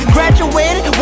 Graduated